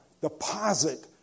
deposit